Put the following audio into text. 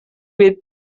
with